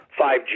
5G